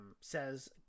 says